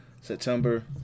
September